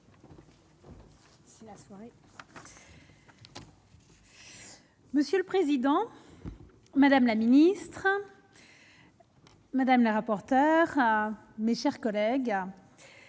Monsieur le président, madame la ministre, hein. Madame la rapporteure à mes chers collègues,